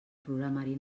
programari